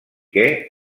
que